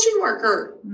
worker